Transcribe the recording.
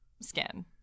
skin